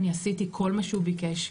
אני עשיתי כל מה שהוא ביקש,